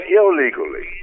illegally